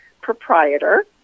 proprietor